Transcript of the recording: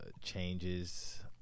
changes